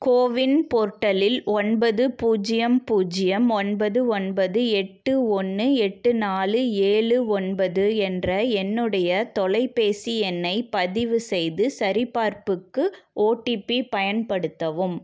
CoWIN போர்ட்டலில் ஒன்பது பூஜ்ஜியம் பூஜ்ஜியம் ஒன்பது ஒன்பது எட்டு ஒன்னு எட்டு நாலு ஏழு ஒன்பது என்ற என்னுடைய தொலைபேசி எண்ணைப் பதிவு செய்து சரிபார்ப்புக்கு ஓடிபி பயன்படுத்தவும்